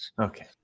Okay